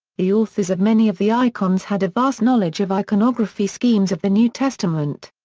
the authors of many of the icons had a vast knowledge of iconography schemes of the new testament.